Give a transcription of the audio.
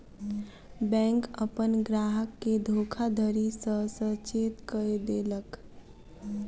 bank अपन ग्राहक के धोखाधड़ी सॅ सचेत कअ देलक